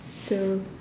so